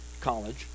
College